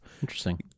Interesting